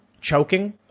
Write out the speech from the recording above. choking